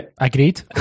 Agreed